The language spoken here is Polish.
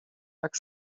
tak